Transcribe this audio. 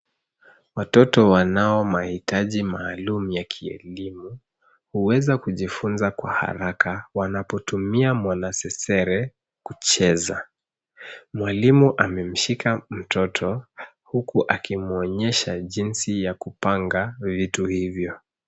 Watoto wanao mahitaji maalum ya kielimu huweza kujifunza kwa haraka wanapotumia mwanasesere kucheza. Mwalimu amemshika mtoto huku akimwonyesha jinsi ya kupanga vitu hivyo.